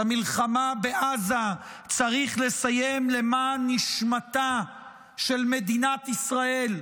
את המלחמה בעזה צריך לסיים למען נשמתה של מדינת ישראל,